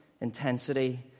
intensity